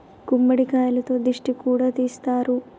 గుమ్మడికాయతో దిష్టి కూడా తీస్తారు